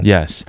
Yes